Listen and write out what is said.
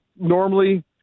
normally